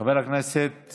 חבר הכנסת